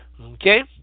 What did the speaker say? okay